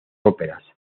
óperas